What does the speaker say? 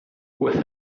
with